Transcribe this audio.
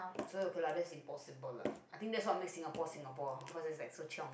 so okay lah that's impossible lah I think that's what makes Singapore Singapore cause it's like so chiong